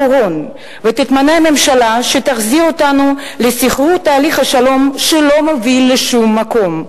ותתמנה ממשלה שתחזיר אותנו לסחרור תהליך השלום שלא מוביל לשום מקום.